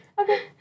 Okay